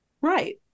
Right